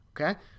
Okay